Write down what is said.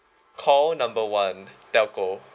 call number one telco